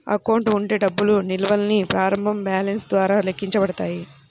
account ఉండే డబ్బు నిల్వల్ని ప్రారంభ బ్యాలెన్స్ ద్వారా లెక్కించబడతాయి